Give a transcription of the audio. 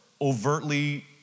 overtly